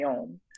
own